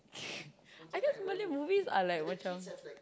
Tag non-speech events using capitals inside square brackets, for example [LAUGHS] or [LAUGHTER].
[LAUGHS] I guess malay movies are like macam